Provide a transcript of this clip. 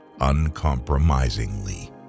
uncompromisingly